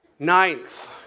Ninth